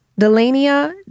Delania